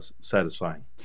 satisfying